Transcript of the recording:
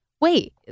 Wait